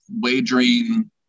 wagering